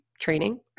training